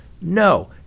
No